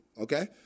okay